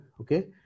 okay